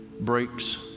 breaks